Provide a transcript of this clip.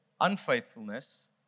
unfaithfulness